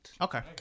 Okay